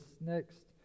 next